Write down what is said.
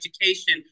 education